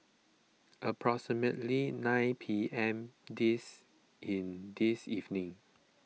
approximately nine P M this in this evening